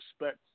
respect